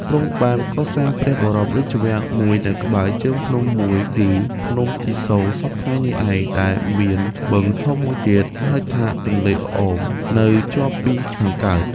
ទ្រង់បានកសាងព្រះបរមរាជវាំងមួយនៅក្បែរជើងភ្នំមួយគឺភ្នំជីសូរសព្វថ្ងៃនេះឯង ដែលមានបឹងធំមួយទៀត ហៅថា ទន្លេឱម នៅជាប់ពីខាងកើត ។